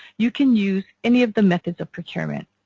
you can use any of the methods of procurement.